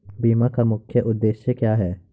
बीमा का मुख्य उद्देश्य क्या है?